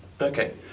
Okay